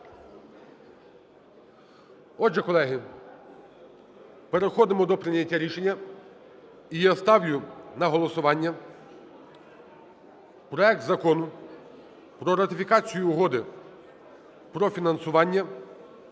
Отже, колеги, переходимо до прийняття рішення. І я ставлю на голосування проект Закону про ратифікацію Угоди про фінансування